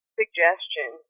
suggestion